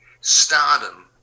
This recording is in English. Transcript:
stardom